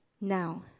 Now